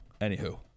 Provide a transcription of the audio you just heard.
Anywho